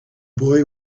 boy